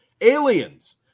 aliens